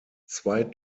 zwei